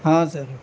ہاں سر